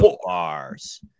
bars